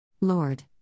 Lord